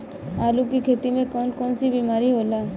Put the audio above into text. आलू की खेती में कौन कौन सी बीमारी होला?